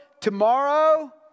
Tomorrow